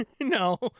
No